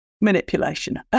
manipulation